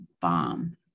bomb